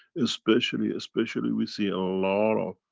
especially, especially, we see a lot of,